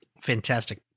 Fantastic